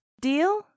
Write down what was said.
Deal